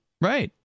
Right